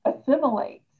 assimilate